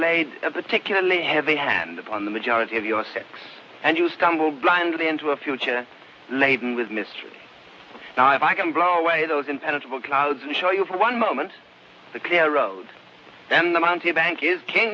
laid a particularly heavy hand upon the majority of your sex and you stumble blindly into a future laden with mystery now if i can blow away those impenetrable clouds and show you for one moment the clear road and the monte bank is